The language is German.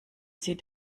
sie